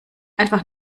einfach